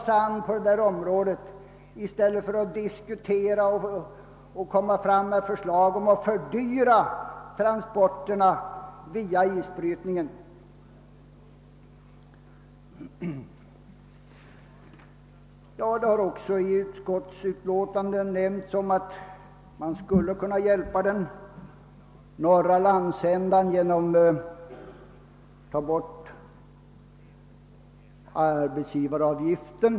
Man bör inte framlägga förslag om att fördyra transporterna via isbrytningen. I utskottsutlåtandet nämns också att man skulle kunna hjälpa den norra landsändan genom att slopa arbetsgivaravgiften.